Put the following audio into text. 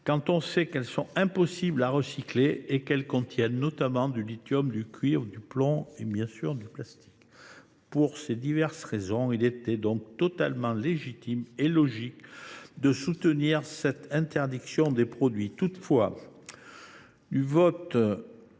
quand on sait qu’il est impossible de les recycler et qu’elles contiennent notamment du lithium, du cuivre, du plomb et, bien sûr, du plastique. Pour ces diverses raisons, il était donc totalement légitime et logique de soutenir l’interdiction de ces produits. Toutefois, en